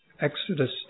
Exodus